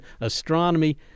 astronomy